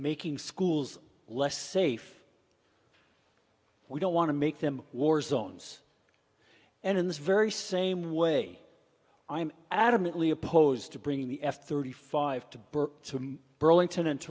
making schools less safe we don't want to make them war zones and in this very same way i'm adamantly opposed to bringing the f thirty five to burke to burlington